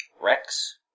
Rex